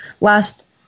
last